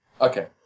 Okay